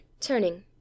turning